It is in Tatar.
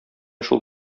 шул